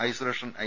isolation I